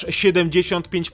75%